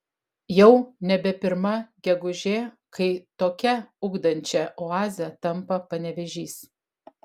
jau nebe pirma gegužė kai tokia ugdančia oaze tampa panevėžys